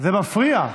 זה מפריע.